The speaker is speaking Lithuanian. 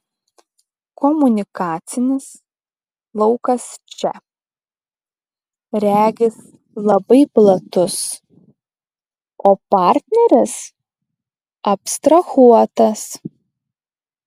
komunikacinis laukas čia regis labai platus o partneris abstrahuotas